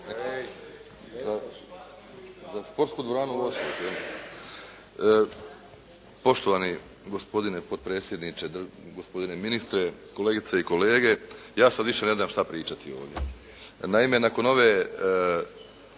/Govornik se ne razumije./ … Poštovani gospodine potpredsjedniče, gospodine ministre, kolegice i kolege. Ja sad više ne znam što pričati ovdje. Naime, nakon ove,